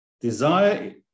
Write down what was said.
desire